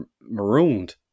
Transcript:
marooned